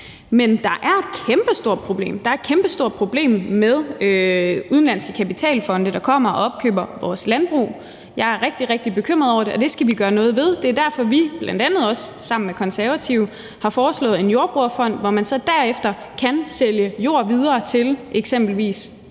der er et kæmpestort problem med udenlandske kapitalfonde, der kommer og opkøber vores landbrug. Jeg er rigtig, rigtig bekymret over det, og det skal vi gøre noget ved. Det er derfor, vi, bl.a. også sammen med Konservative, har foreslået en jordbrugerfond, hvor man så derefter kan sælge jord videre til eksempelvis danske